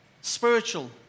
spiritual